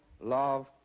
love